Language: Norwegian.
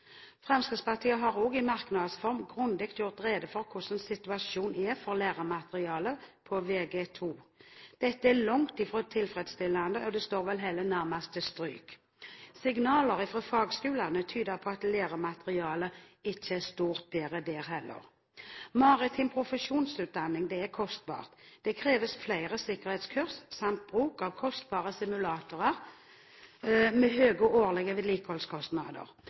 Fremskrittspartiet har også i merknads form grundig gjort rede for hvordan situasjonen er for læremateriellet på Vg2. Dette er langt fra tilfredsstillende – det står vel heller nærmest til stryk. Signaler fra fagskolene tyder på at læremateriellet ikke er stort bedre der. Maritim profesjonsutdanning er kostbart, det kreves flere sikkerhetskurs samt bruk av kostbare simulatorer med høye årlige vedlikeholdskostnader.